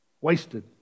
Wasted